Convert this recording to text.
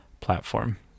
platform